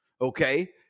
Okay